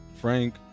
Frank